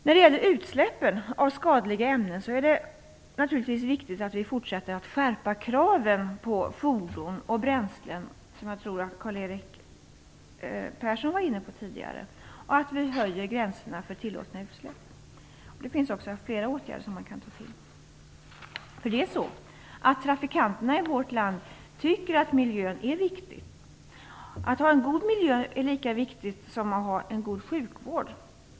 När det gäller utsläpp av skadliga ämnen är det naturligtvis viktigt att vi fortsätter att skärpa kraven på fordon och bränslen, som Karl-Erik Persson var inne på tidigare, och att vi höjer gränserna för tillåtna utsläpp. Det finns också flera åtgärder att ta till. Trafikanterna i vårt land tycker nämligen att miljön är viktig. Att ha en god miljö är lika viktigt som att ha en god sjukvård.